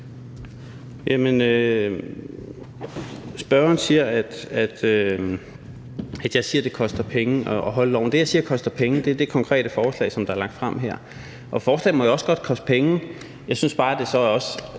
Spørgeren siger, at jeg siger, at det koster penge at overholde loven. Det, jeg siger koster penge, er det konkrete forslag, som er fremsat her. Forslaget må jo også godt koste penge, men jeg synes så bare, det er